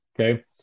Okay